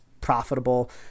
profitable